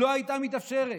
לא הייתה מתאפשרת.